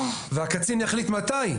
והקצין יחליט מתי.